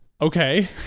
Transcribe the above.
Okay